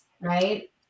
right